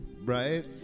Right